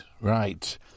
right